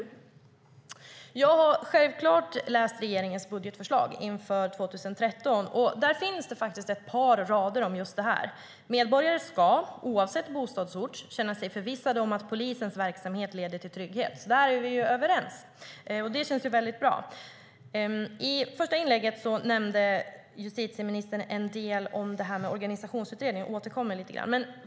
Självklart har jag läst regeringens budgetförslag inför 2013, och där finns faktiskt ett par rader om detta: "Medborgare ska, oavsett bostadsort, känna sig förvissade om att Polisens verksamhet leder till trygghet." Där är vi överens, och det känns väldigt bra. I det första inlägget nämnde justitieministern en del om organisationsutredningen.